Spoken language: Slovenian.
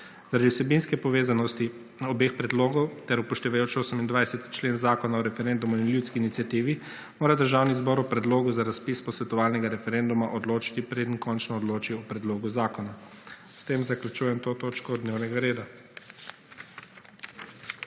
Zaradi vsebinske povezanosti obeh predlogov ter upoštevajoč 28. člen Zakona o referenduma in ljudski iniciativi mora Državni zbor o predlogu za razpis posvetovalnega referenduma odločati pred končno odloči o predlogu zakona. S tem zaključujem to točko dnevnega reda.